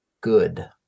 good